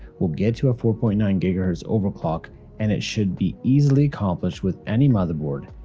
well get to a four point nine ghz overclock and it should be easily accomplished with any motherboard,